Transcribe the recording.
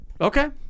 Okay